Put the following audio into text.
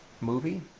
movie